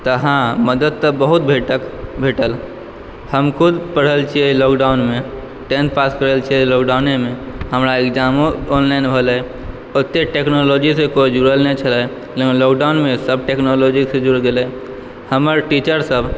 तऽ हँ मदद तऽ बहुत भेटक भेटल हम खुद पढ़ल छियै लॉकडाउनमे टेंथ पास करल छियै लॉकडाउनेमे हमरा एग्जामो ऑनलाइन होलय ओतए टेक्नोलॉजीसँ कोइ जुड़ल नहि छलय लॉकडाउनमे सभ टेक्नोलॉजीसँ जुरि गेलै हमर टीचरसभ